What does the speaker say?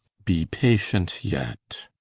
be patient yet